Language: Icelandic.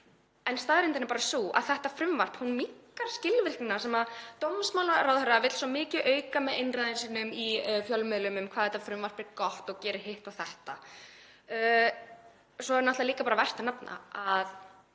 en staðreyndin er bara sú að þetta frumvarp minnkar skilvirknina sem dómsmálaráðherra vill svo mikið auka með einræðum sínum í fjölmiðlum um hvað þetta frumvarp sé gott og geri hitt og þetta. Svo er náttúrlega bara vert að nefna að